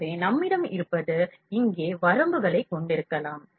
எனவே நம்மிடம் இருப்பது இங்கே வரம்புகளைக் கொண்டிருக்கலாம்